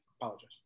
apologize